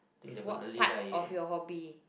is what part of your hobby